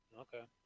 Okay